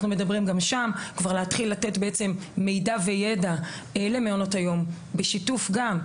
אנחנו מדברים גם שם כבר להתחיל לתת מידע וידע למעונות היום בשיתוף גם,